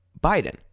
Biden